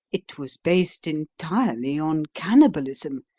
it was based entirely on cannibalism,